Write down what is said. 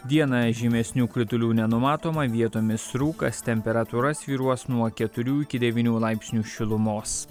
dieną žymesnių kritulių nenumatoma vietomis rūkas temperatūra svyruos nuo keturių iki devynių laipsnių šilumos